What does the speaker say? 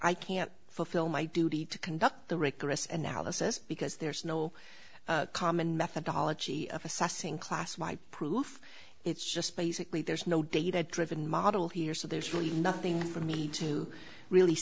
i can't fulfill my duty to conduct the rigorous analysis because there's no common methodology of assessing classify proof it's just basically there's no data driven model here so there's really nothing for me to really